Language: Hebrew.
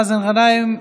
מאזן גנאים,